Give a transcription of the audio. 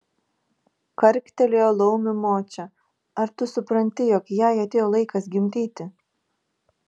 karktelėjo laumių močia ar tu supranti jog jai atėjo laikas gimdyti